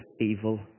evil